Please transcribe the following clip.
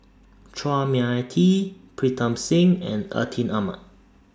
Chua Mia Tee Pritam Singh and Atin Amat